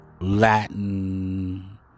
Latin